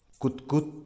kutkut